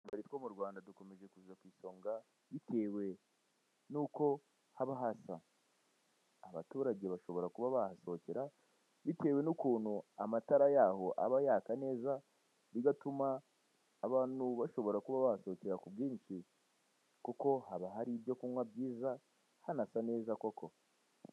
Utubari two mu Rwanda dukomeje kuza ku isonga bitewe nuko haba hasa, abaturage bashobora kuba bahasohokera bitewe nukuntu amatara yaho aba yaka neza bigatuma abantu bashobora kuba bahasohokera ku bwinshi kuko haba hari ibyo kunkwa bwiza hanasa neza koko